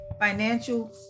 Financial